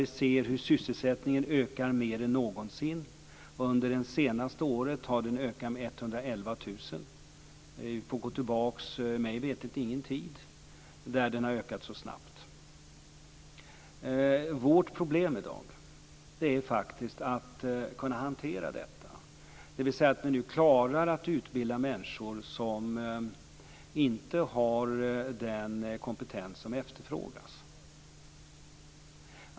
Vi ser att sysselsättningen ökar mer än någonsin. Under det senaste året har den ökat med 111 000 personer. Det finns mig veterligt ingen tid då den har ökat så snabbt. Vårt problem i dag är faktiskt att kunna hantera detta, dvs. att se till att vi nu klarar att utbilda människor som inte har den kompetens som efterfrågas.